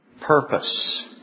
Purpose